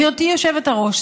גברתי היושבת-ראש,